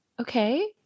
okay